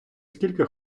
скільки